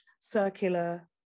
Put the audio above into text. circular